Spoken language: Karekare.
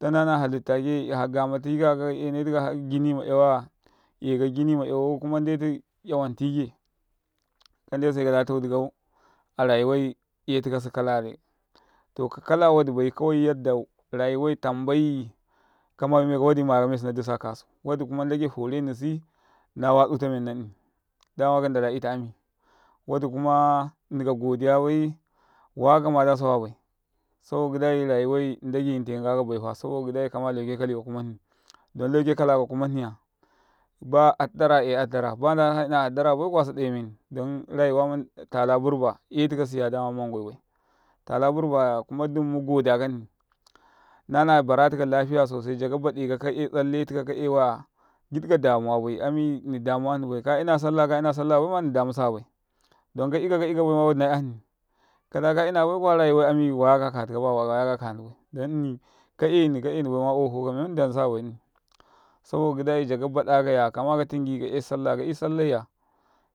nana halittake mutti kakau eneti kau ɗ aka ta 'yawaya 'yekau ɗ akata yawau kuma n ɗ etu yawan tike, ka n ɗ etu se kada te ɗ ika arayuwai etika si ka toka kala wa ɗ ibai kamayume kau. wa ɗ i mayaka, mesu na ɗ ubu akosu wa ɗ i kuma n ɗ agai fernisi nawa tsutameni nanni ɗ ama ka n ɗ ala ita ami, wa ɗ ikuma nni ka go ɗ iya bai wakama se ɗ a sawa bai saboka gi ɗ ai rayuwai n ɗ agai yinteka nga ka baifa saboka gi ɗ ai lauke kali ka kuma hni ɗ on lauke kalaka kuma hniya ba a ɗ ɗ ara 'yai a ɗ ɗ ara bamansa ina a ɗ ɗ u rabaiku sa ɗ awe meni ɗ onrayuwa man bai tala burba kuma ɗ um mugo ɗ akanni, nana baratika lafiya soasia jagaba ɗ i ka 'yai n ɗ ire tikau ka yai waya gi ɗ i ka ɗ amuwa bai ami nni ɗ amuwa nni bai ka ina salla kaina salla bai ma nni ɗ amusaka bai ' ami ɗ on ka ika ka iko baima wa ɗ i na 'ya nni. ka ɗ a ka ina baiku rayuwai wayaka ka tika baya wayaka ka hni bai kamen man ɗ an sa kabai saboka gi ɗ dai jaga ba ɗ akaya kama ka tingi ka yai salla ka 'yu sallai ya